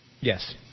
Yes